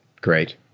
great